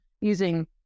using